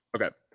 Okay